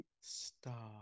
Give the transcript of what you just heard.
stop